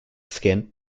skin